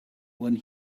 when